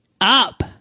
up